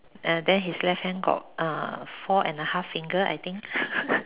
uh then his left hand got uh four and a half finger I think